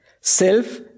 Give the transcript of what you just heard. Self